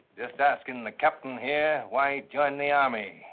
just asking the captain here why he joined the army.